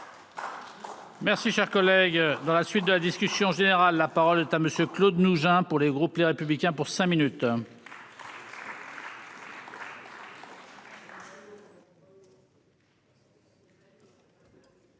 Merci cher collègue. Dans la suite de la discussion générale. La parole est à monsieur Claude nous hein pour les groupes Les républicains pour cinq minutes.